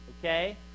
Okay